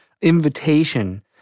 invitation